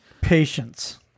Patience